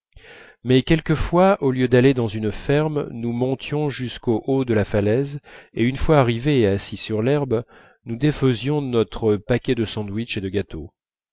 mais quelquefois au lieu d'aller dans une ferme nous montions jusqu'au haut de la falaise et une fois arrivés et assis sur l'herbe nous défaisions notre paquet de sandwiches et de gâteaux